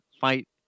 Fight